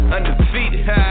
Undefeated